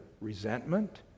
resentment